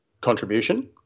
contribution